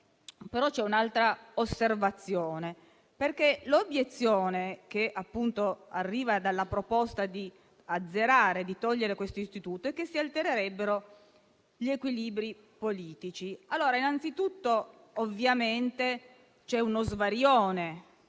c'è un'altra osservazione: l'obiezione che arriva dalla proposta di azzerare e togliere questo istituto è che si altererebbero gli equilibri politici. Innanzitutto c'è uno svarione,